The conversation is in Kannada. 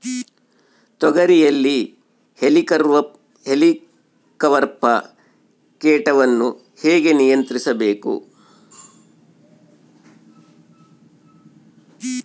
ತೋಗರಿಯಲ್ಲಿ ಹೇಲಿಕವರ್ಪ ಕೇಟವನ್ನು ಹೇಗೆ ನಿಯಂತ್ರಿಸಬೇಕು?